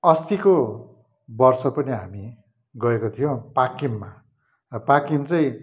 अस्तिको वर्ष पनि हामी गएको थियौँ पाक्किममा र पाक्किम चाहिँ